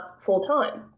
full-time